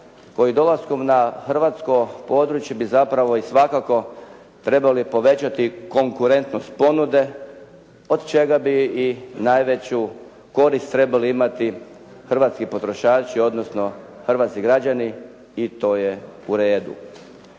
koji dolaskom na hrvatsko područje bi zapravo i svakako trebali povećati konkurentnost ponude od čega bi i najveću korist trebali imati hrvatski potrošači, odnosno hrvatski građani i to je u redu.